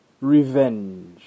Revenge